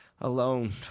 alone